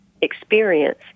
experience